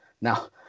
Now